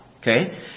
okay